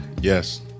yes